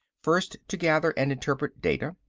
first to gather and interpret data.